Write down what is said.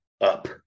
up